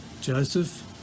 Joseph